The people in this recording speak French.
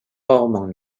rarement